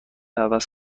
عوض